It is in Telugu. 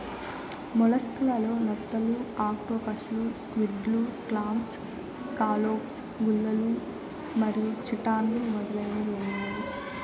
మొలస్క్ లలో నత్తలు, ఆక్టోపస్లు, స్క్విడ్, క్లామ్స్, స్కాలోప్స్, గుల్లలు మరియు చిటాన్లు మొదలైనవి ఉన్నాయి